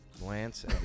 lance